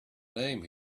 name